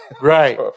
right